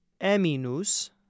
eminus